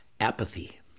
Apathy